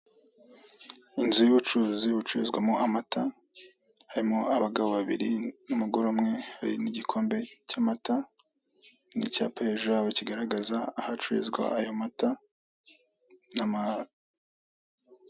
Inzu y'ubucuruzi bucururizwamo amata, harimo abagabo babiri n'umugore umwe, hari n'igikombe cy'amata n'icyapa hejuru yabo kigaragaza ahacururizwa ayo mata.